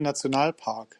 nationalpark